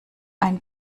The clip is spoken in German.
ein